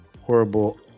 Horrible